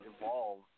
Evolve